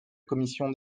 commission